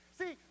see